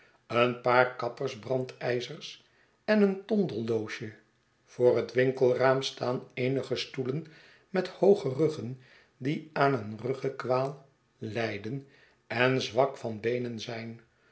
een paar kappersbrandijzers en eentondeldoosje voor het winkelraam staan eenige stoelen met hooge ruggen die aan een ruggekwaal lijden en zwak van beenen zijn